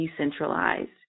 decentralized